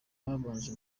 babanje